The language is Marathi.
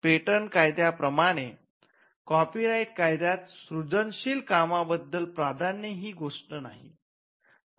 पेटंट कायद्या प्रमाणे कॉपी राईट कायद्यात सृजनशील कामाबद्दल प्राधान्य ही गोष्ट नाही